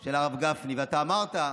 של הרב גפני, ואתה אמרת: